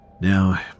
Now